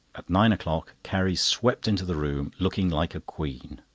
at nine o'clock carrie swept into the room, looking like a queen.